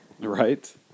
Right